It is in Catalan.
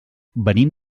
venim